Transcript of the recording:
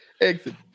Exit